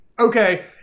okay